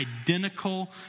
identical